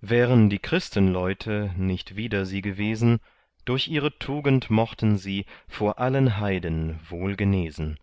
wären die christenleute nicht wider sie gewesen durch ihre tugend mochten sie vor allen heiden wohl genesen